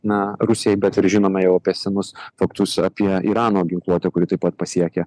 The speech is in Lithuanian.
na rusijai bet ir žinoma jau apie senus faktus apie irano ginkluotę kuri taip pat pasiekia